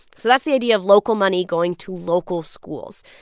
so that's the idea of local money going to local schools.